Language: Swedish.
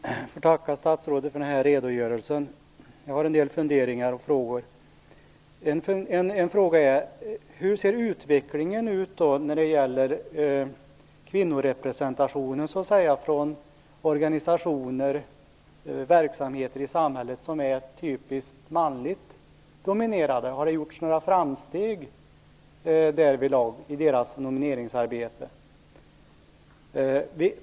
Herr talman! Jag tackar statsrådet för den här redogörelsen. Jag har en del funderingar och frågor. En fråga är: Hur ser utvecklingen ut när det gäller kvinnorepresentationen i fråga om organisationer och verksamheter i samhället som är typiskt manligt dominerade? Har det gjorts några framsteg därvidlag i deras nomineringsarbete?